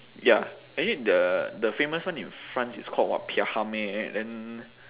ya actually the the famous one in france is called what Pierre Herme right then